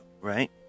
right